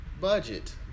Budget